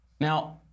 Now